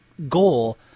Goal